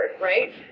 right